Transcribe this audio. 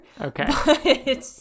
okay